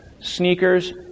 Sneakers